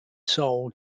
soul